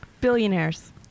Billionaires